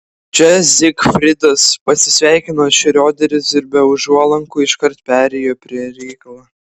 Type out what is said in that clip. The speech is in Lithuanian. čia zigfridas pasisveikino šrioderis ir be užuolankų iškart perėjo prie reikalo